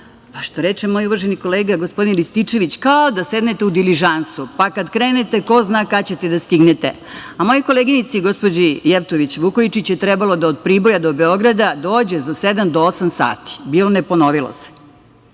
Pa, što reče moj uvaženi kolega gospodin Rističević, kao da sednete u diližansu, pa kad krenete, ko zna kad ćete da stignete. Mojoj koleginici gospođi Jevtović Vukojičić je trebalo od Priboja do Beograda dođe sedam do osam sati – bilo, ne ponovilo se.